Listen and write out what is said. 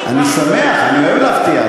אני שמח, אני אוהב להפתיע.